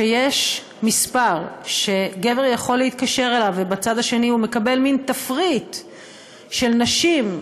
שיש מספר שגבר יכול להתקשר אליו ובצד השני הוא מקבל מין תפריט של נשים,